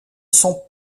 sont